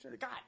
God